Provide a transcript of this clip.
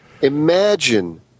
Imagine